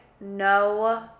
no